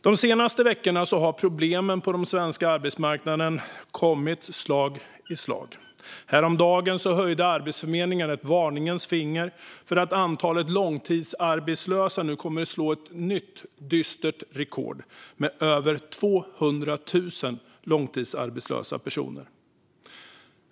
De senaste veckorna har problemen på den svenska arbetsmarknaden kommit slag i slag. Häromdagen höjde Arbetsförmedlingen ett varningens finger för att antalet långtidsarbetslösa kommer att sätta ett nytt dystert rekord då över 200 000 nu är långtidsarbetslösa.